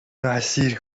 اسیر